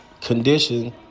condition